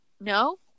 no